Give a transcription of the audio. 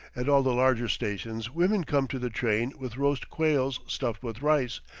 at all the larger stations women come to the train with roast quails stuffed with rice,